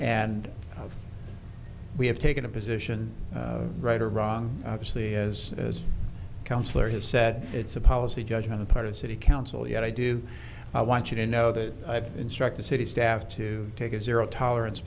and we have taken a position right or wrong obviously as as councilor has said it's a policy judge on the part of the city council yet i do i want you to know that i've instructed city staff to take a zero tolerance